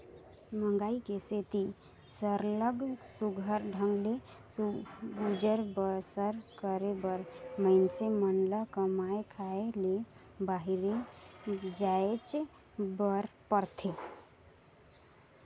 मंहगई के सेती सरलग सुग्घर ढंग ले गुजर बसर करे बर मइनसे मन ल कमाए खाए ले बाहिरे जाएच बर परथे